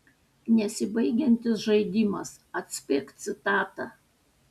nesibaigiantis žaidimas atspėk citatą